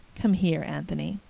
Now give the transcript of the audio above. come here, anthony.